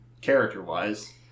character-wise